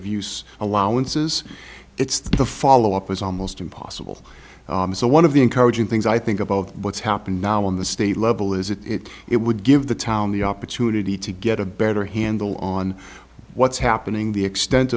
of use allowances it's the follow up is almost impossible so one of the encouraging things i think about what's happened now in the state level is that it would give the town the opportunity to get a better handle on what's happening the extent